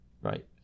Right